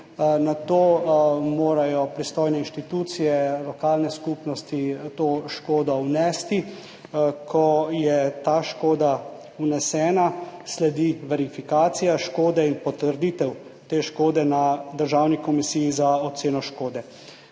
Nato morajo pristojne institucije, lokalne skupnosti to škodo vnesti. Ko je ta škoda vnesena, sledi verifikacija škode in potrditev te škode na državni komisiji za oceno škode.